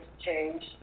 change